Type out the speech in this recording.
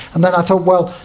and then i thought, well,